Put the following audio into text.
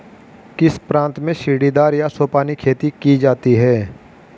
किस प्रांत में सीढ़ीदार या सोपानी खेती की जाती है?